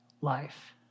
life